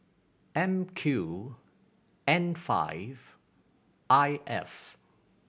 M Q N five I F